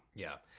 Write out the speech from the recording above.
yeah,